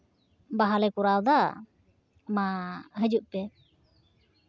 ᱵᱟᱦᱟ ᱞᱮ ᱠᱚᱨᱟᱣᱮᱫᱟ ᱢᱟ ᱦᱤᱡᱩᱜ ᱯᱮ